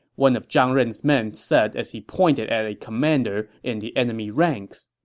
one of zhang ren's men said as he pointed at a commander in the enemy ranks.